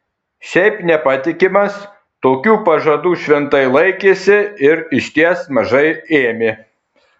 šiaip nepatikimas tokių pažadų šventai laikėsi ir išties mažai ėmė